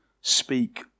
speak